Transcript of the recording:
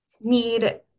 need